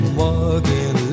walking